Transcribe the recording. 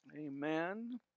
Amen